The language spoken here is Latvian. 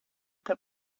tava